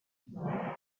der